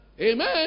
Amen